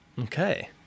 Okay